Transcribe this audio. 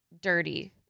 dirty